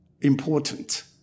important